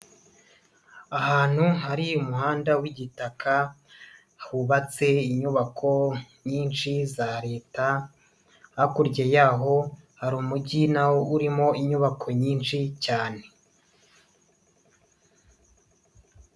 Ahantu hari umuhanda w'igitaka, hubatse inyubako nyinshi za Leta, hakurya y'aho hari umujyi nawo urimo inyubako nyinshi cyane.